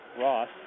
Ross